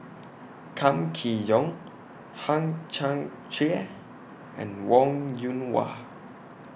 Kam Kee Yong Hang Chang Chieh and Wong Yoon Wah